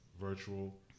virtual